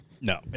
No